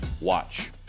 watch